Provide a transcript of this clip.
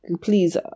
Please